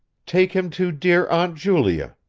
take him to dear aunt julia,